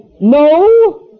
No